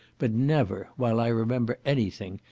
but never, while i remember any thing,